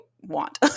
want